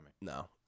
No